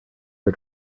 are